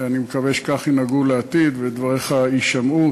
אני מקווה שכך ינהגו בעתיד ודבריך יישמעו.